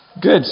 Good